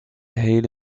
hele